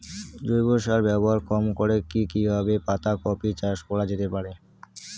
জৈব সার ব্যবহার কম করে কি কিভাবে পাতা কপি চাষ করা যেতে পারে?